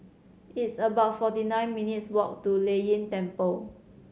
it's about forty nine minutes' walk to Lei Yin Temple